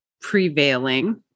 prevailing